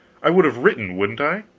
i would have written, wouldn't i?